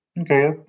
Okay